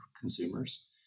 consumers